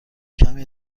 کمی